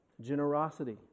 Generosity